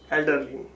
Elderly